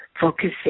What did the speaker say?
Focusing